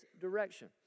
direction